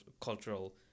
cultural